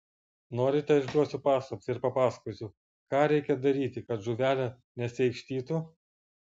norite išduosiu paslaptį ir papasakosiu ką reikia padaryti kad žuvelė nesiaikštytų